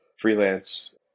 freelance